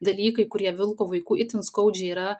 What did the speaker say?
dalykai kurie vilko vaikų itin skaudžiai yra